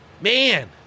man